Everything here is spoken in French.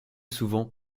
souvent